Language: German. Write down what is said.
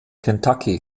kentucky